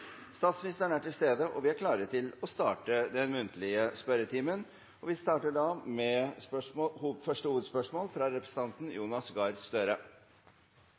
Statsministeren er til stede, og vi er klare til å starte den muntlige spørretimen. Vi starter med første hovedspørsmål, fra representanten Jonas Gahr Støre.